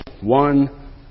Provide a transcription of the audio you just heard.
one